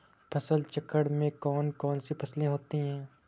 फसल चक्रण में कौन कौन सी फसलें होती हैं?